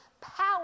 power